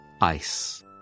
Ice